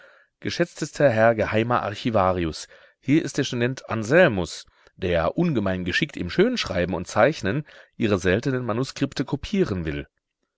geschätztester herr geheimer archivarius hier ist der student anselmus der ungemein geschickt im schönschreiben und zeichnen ihre seltenen manuskripte kopieren will